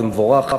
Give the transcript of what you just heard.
זה מבורך.